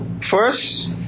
First